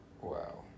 Wow